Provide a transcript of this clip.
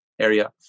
area